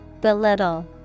Belittle